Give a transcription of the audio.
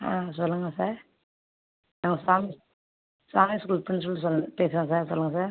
ஆ சொல்லுங்கள் சார் நாங்கள் Swami Swami school principal சொல் பேசுறோம் சார் சொல்லுங்கள் சார்